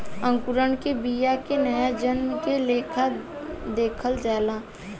अंकुरण के बिया के नया जन्म के लेखा देखल जाला